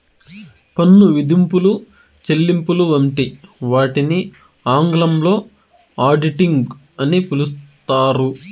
పన్ను విధింపులు, చెల్లింపులు వంటి వాటిని ఆంగ్లంలో ఆడిటింగ్ అని పిలుత్తారు